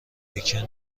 بیکن